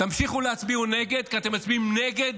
תמשיכו להצביע נגד כי אתם מצביעים נגד